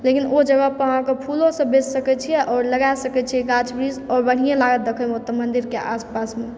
लेकिन ओ जगह पर अहाँ फूलोसभ बेच सकैत छियै आओर लगाइ सकैत छियै गाछ वृछ आओर बढिए लागत देखयमे ओतए मन्दिरके आसपासमे